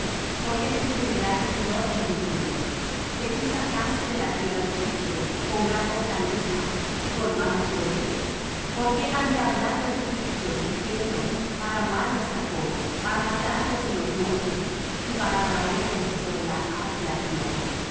por qué se encenderá tu furor en tu pueblo que tú sacaste de la tierra de egipto con gran fortaleza y con mano fuerte por qué han de hablar los egipcios diciendo para mal los sacó para matarlos en los montes y para raerlos de sobre la haz de la tierra